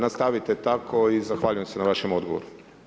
Nastavite tako i zahvaljujem se na vašem odgovoru.